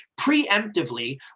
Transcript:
preemptively